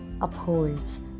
upholds